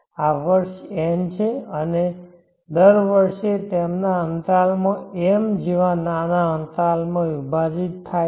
આ વર્ષ n છે અને દર વર્ષે એમના અંતરાલમાં m જેવા નાના અંતરાલમાં વિભાજિત થાય છે